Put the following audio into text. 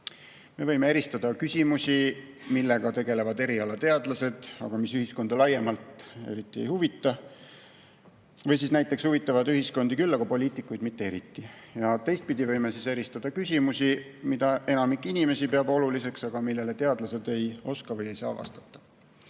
Me võime eristada küsimusi, millega tegelevad erialateadlased, aga mis ühiskonda laiemalt eriti ei huvita, või siis küsimusi, mis näiteks huvitavad ühiskonda küll, aga poliitikuid mitte eriti. Teistpidi võime eristada küsimusi, mida enamik inimesi peab oluliseks, aga millele teadlased ei oska või ei saa vastata. Näiteks